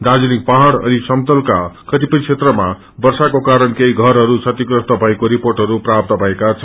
दार्जीलिङ पहाउ़ अनि समतलका कतिपय क्षेत्रमा वर्षाको कारण केही घरहरू क्षीतिप्रस्त भएको रिर्पोअहरू प्राप्त भएका छन्